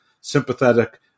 sympathetic